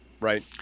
right